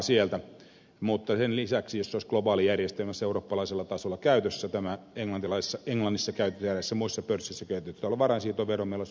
mutta sen lisäksi jos olisi globaali järjestelmä olisi eurooppalaisella tasolla käytössä tämä englannissa ja eräissä muissa pörsseissä käytössä oleva varainsiirtovero meillä olisi valvonta päällä